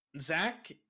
Zach